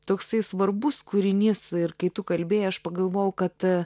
toksai svarbus kūrinys ir kai tu kalbėjai aš pagalvojau kad